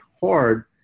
hard